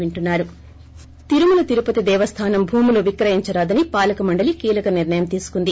break Tirumala Tirupati Devasthanam భూములు విక్రయించరాదని పాలకమండలి కీలక నిర్ణయం తీసుకుంది